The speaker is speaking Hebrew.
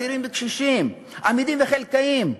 צעירים וקשישים, אמידים וחלכאים.